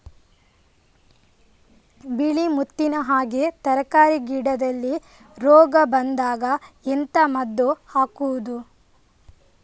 ಬಿಳಿ ಮುತ್ತಿನ ಹಾಗೆ ತರ್ಕಾರಿ ಗಿಡದಲ್ಲಿ ರೋಗ ಬಂದಾಗ ಎಂತ ಮದ್ದು ಹಾಕುವುದು?